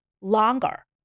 longer